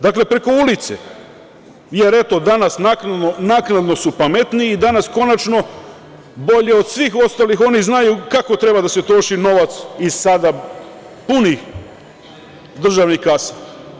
Dakle, preko ulice, jer, eto, danas naknadno naknadno su pametniji i danas konačno bolje od svih ostalih oni znaju kako treba da se troši novac iz sada punih državnih kasa.